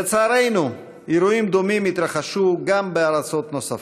לצערנו, אירועים דומים התרחשו גם בארצות נוספות.